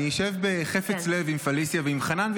אני אשב בחפץ לב עם פליסיה ועם חנן,